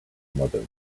mother